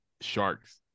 sharks